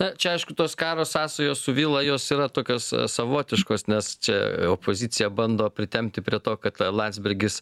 na čia aišku tos karo sąsajos su vila jos yra tokios savotiškos nes čia jau opozicija bando pritempti prie to kad landsbergis